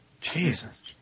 Jesus